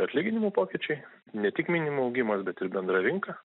atlyginimų pokyčiai ne tik minimumų augimas bet ir bendra rinka